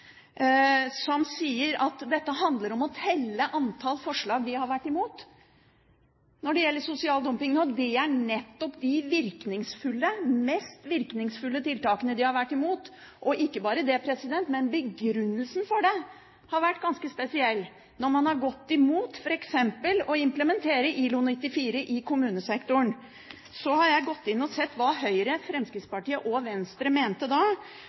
som sier at dette handler om å telle antall forslag de har vært imot når det gjelder sosial dumping. Det er nettopp de mest virkningsfulle tiltakene de har vært imot, og ikke bare det: Begrunnelsen for det har vært ganske spesiell, f.eks. da de gikk imot å implementere ILO 94 i kommunesektoren. Jeg har gått inn og sett hva Høyre, Fremskrittspartiet og Venstre mente